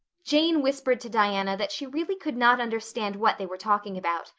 jane whispered to diana that she really could not understand what they were talking about.